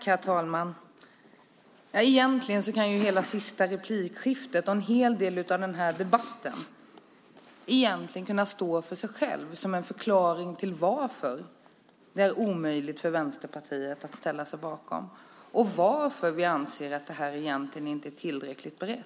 Herr talman! Egentligen skulle hela det sista replikskiftet och en hel del av denna debatt kunna stå för sig själv som en förklaring till varför det är omöjligt för Vänsterpartiet att ställa sig bakom detta och varför vi anser att detta inte är tillräckligt berett.